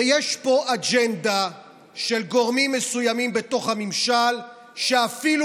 ויש פה אג'נדה של גורמים מסוימים בתוך הממשל שאפילו